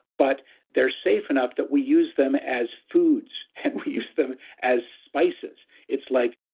but they're safe enough that we use them as foods, and we use them as spices it's like,